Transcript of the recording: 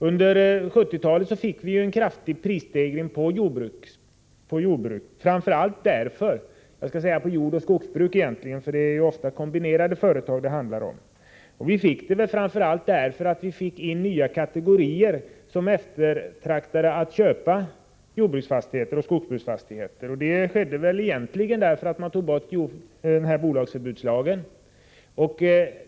Under 1970-talet skedde en kraftig prisstegring på jordoch skogsbruk — det är ju ofta kombinerade företag det handlar om. Det skedde framför allt därför att nya kategorier eftertraktade att köpa jordbruksfastigheter och skogsbruksfastigheter. En orsak till detta var väl att bolagsförbudslagen avskaffades.